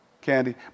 candy